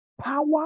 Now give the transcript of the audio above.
Power